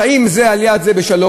חיים זה ליד זה בשלום,